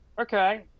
okay